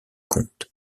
comptes